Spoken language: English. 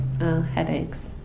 headaches